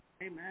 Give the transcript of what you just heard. Amen